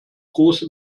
große